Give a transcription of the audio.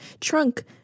Trunk